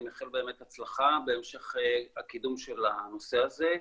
מאחל באמת הצלחה בהמשך הקידום של הנושא הזה.